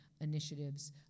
initiatives